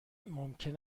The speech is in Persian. ممکن